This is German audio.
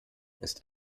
ist